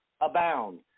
abound